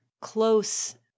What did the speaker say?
close